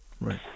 Right